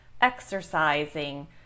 exercising